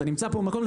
אתה נמצא פה במקום,